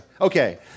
Okay